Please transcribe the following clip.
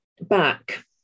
back